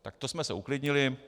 Tak to jsme se uklidnili.